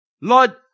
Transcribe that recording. Lord